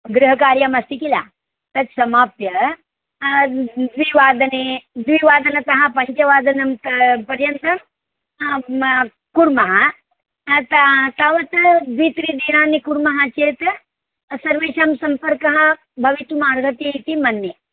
गृहकार्यमस्ति किल तत् समाप्य द्विवादने द्विवादनतः पञ्चवादनं त पर्यन्तम् आं कुर्मः अतः तावत् द्वित्रिदिनानि कुर्मः चेत् सर्वेषां सम्पर्कः भवितुमर्हति इति मन्ये